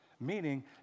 Meaning